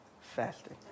fasting